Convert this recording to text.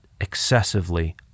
excessively